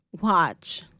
watch